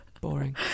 Boring